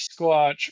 squatch